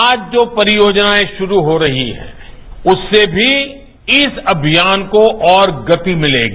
आज जो परियोजनाएं शुरू हो रही हैं उससे भी इस अभियान को और गति मिलेगी